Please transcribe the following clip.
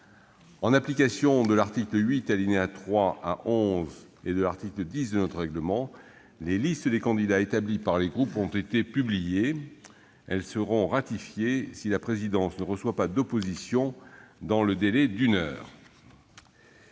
En application de l'article 8, alinéas 3 à 11, et de l'article 10 de notre règlement, les listes des candidats établies par les groupes ont été publiées. Elles seront ratifiées si la présidence ne reçoit pas d'opposition dans le délai d'une heure.